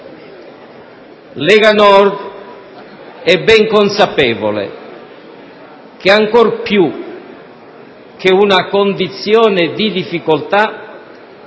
Lega Nord è ben consapevole che, ancor più che una condizione di difficoltà,